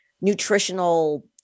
nutritional